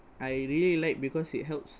I really like because it helps